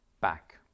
back